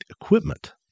equipment